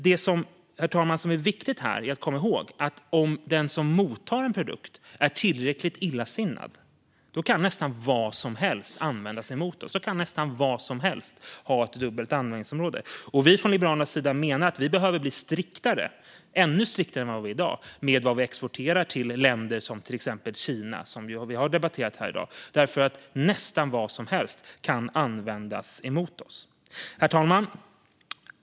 Det som är viktigt att komma ihåg, herr talman, är att om den som mottar en produkt är tillräckligt illasinnad kan nästan vad som helst användas emot oss. Då kan nästan vad som helst ha ett dubbelt användningsområde. Från Liberalernas sida menar vi att vi behöver bli ännu striktare än vad vi är i dag med vad vi exporterar till länder som till exempel Kina, eftersom nästan vad som helst kan användas emot oss. Herr talman!